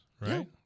right